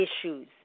issues